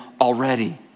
already